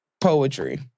poetry